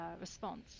response